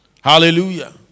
Hallelujah